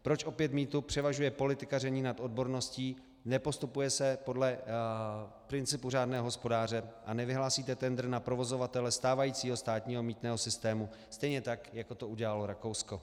Proč opět převažuje politikaření nad odborností, nepostupuje se podle principu řádného hospodáře a nevyhlásíte tendr na provozovatele stávajícího státního mýtného systému stejně tak, jako to udělalo Rakousko?